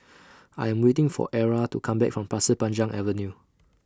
I Am waiting For Era to Come Back from Pasir Panjang Avenue